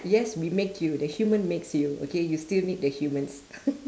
yes we make you the human makes you okay you still need the humans